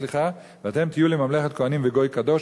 סליחה: "ואתם תהיו לי ממלכת כהנים וגוי קדוש,